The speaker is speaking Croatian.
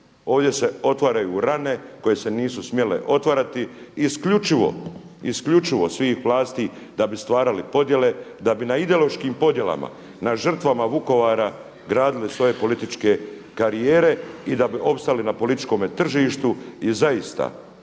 Ovdje se otvaraju rane koje se nisu smjele otvarati i isključivo svih vlasti da bi stvarali podjele, da bi na ideološkim podjelama, na žrtvama Vukovara gradile svoje političke karijere i da bi opstali na političkome tržištu. I zaista sramotno